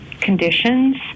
conditions